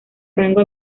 rango